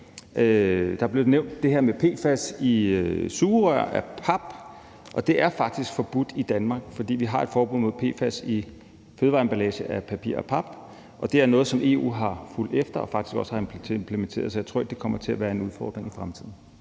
her til sidst, for det her med PFAS i sugerør af pap er blevet nævnt, at det faktisk er forbudt i Danmark, fordi vi har et forbud mod PFAS i fødevareemballage af papir og pap. Det er noget, som EU har efterfulgt og faktisk også har implementeret, så jeg tror ikke, det kommer til at være en udfordring i fremtiden.